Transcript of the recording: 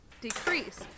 decrease